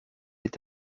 est